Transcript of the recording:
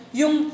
yung